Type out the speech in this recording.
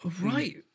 Right